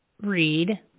read